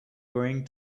going